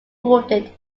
wounded